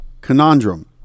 Conundrum